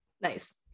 Nice